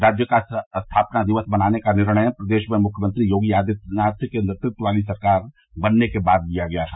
राज्य का स्थापना दिवस मनाने का निर्णय प्रदेश में मुख्यमंत्री योगी आदित्यनाथ के नेतृत्व वाली सरकार बनने के बाद लिया गया था